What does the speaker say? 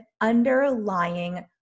underlying